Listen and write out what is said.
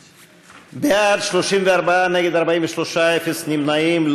בעד, 34, נגד, 43, אפס נמנעים.